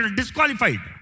disqualified